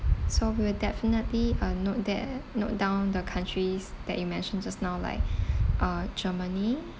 so we will definitely uh note that note down the countries that you mentioned just now like uh germany